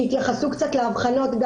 שיתייחסו קצת להבחנות.